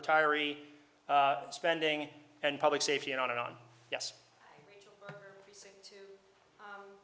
retiree spending and public safety and on and on yes